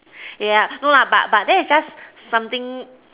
yeah no lah but but that is just something